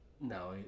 No